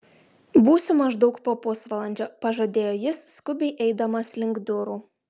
būsiu maždaug po pusvalandžio pažadėjo jis skubiai eidamas link durų